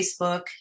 Facebook